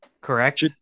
correct